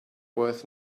worth